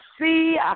see